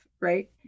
right